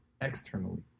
externally